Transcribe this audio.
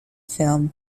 film